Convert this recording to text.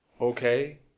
Okay